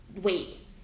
wait